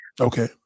Okay